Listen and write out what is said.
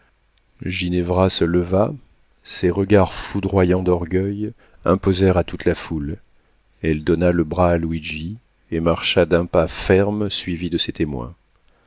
ginevra se leva ses regards foudroyants d'orgueil imposèrent à toute la foule elle donna le bras à luigi et marcha d'un pas ferme suivie de ses témoins